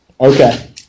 Okay